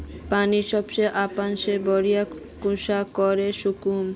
पानीर बिल अपने से भरपाई कुंसम करे करूम?